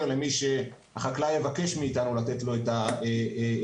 למי שהחקלאי יבקש מאתנו לתת לו את ההיתר.